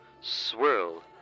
swirl